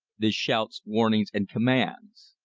the shouts, warnings, and commands.